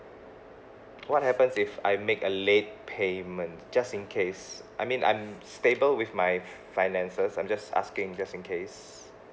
what happens if I make a late payment just in case I mean I'm stable with my f~ finances I'm just asking just in case